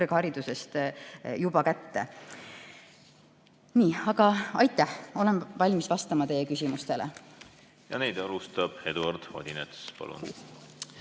kõrgharidusest juba kätte. Aitäh! Olen valmis vastama teie küsimustele. Ja neid alustab Eduard Odinets. Palun!